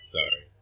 Sorry